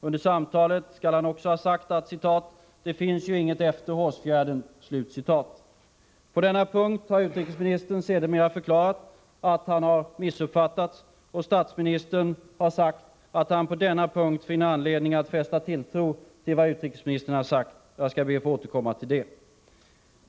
Under samtalet skall han också ha sagt: ”Det finns inget efter Hårsfjärden.” På denna punkt har utrikesministern sedermera förklarat att han har missuppfattats, och statsministern har sagt att han på denna punkt finner anledning att fästa tilltro till vad utrikesministern har sagt. Jag skall be att få återkomma till det.